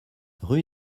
rue